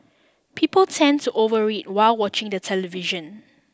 people tend to overeat while watching the television